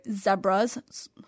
zebras